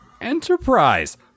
Enterprise